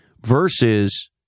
versus